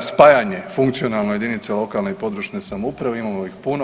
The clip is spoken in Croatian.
spajanje funkcionalno jedinica lokalne i područne samouprave, imamo ih puno.